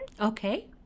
Okay